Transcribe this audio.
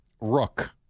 Rook